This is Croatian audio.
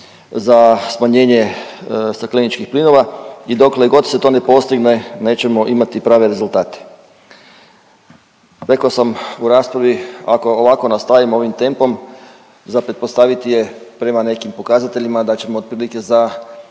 za smanjenje stakleničkih plinova i dokle god se to ne postigne nećemo imati prave rezultate. Rekao sam u raspravi ako ovako nastavimo ovim tempom za pretpostaviti je prema nekim pokazateljima da ćemo otprilike za